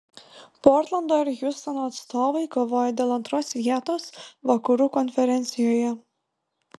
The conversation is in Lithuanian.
portlando ir hjustono atstovai kovoja dėl antros vietos vakarų konferencijoje